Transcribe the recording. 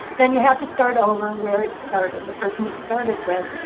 then you have to start over where it started, the person it started with.